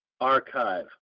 archive